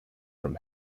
from